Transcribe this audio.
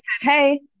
hey